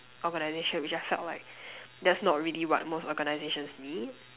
organization which I felt like that's not really what most organizations need